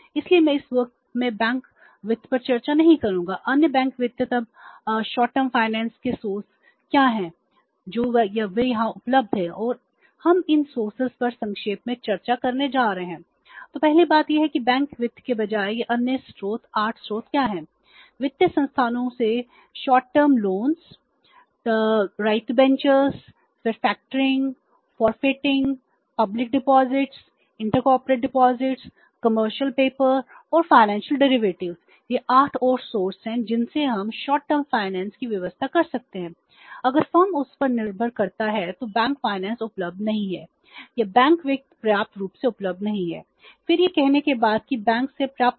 इसलिए मैं इस वर्ग में बैंक वित्त पर चर्चा नहीं करूंगा अन्य बैंक वित्त तब अल्पावधि वित्त